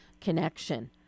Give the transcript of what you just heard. connection